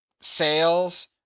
Sales